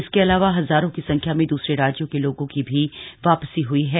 इसके अलावा हजारों की संख्या में दूसरे राज्यों के लोगों की भी वापसी हुयी है